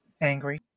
angry